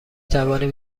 توانیم